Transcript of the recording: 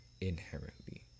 inherently